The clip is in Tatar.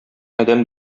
адәм